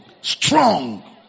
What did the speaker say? strong